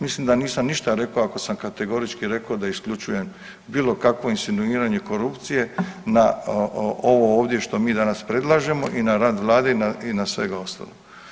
Mislim da nisam ništa rekao ako sam kategorički rekao da isključujem bilo kakvo insinuiranje korupcije na ovo ovdje što mi danas predlažemo i na rad Vlade i na svega ostalog.